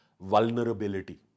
vulnerability